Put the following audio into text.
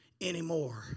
anymore